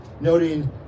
noting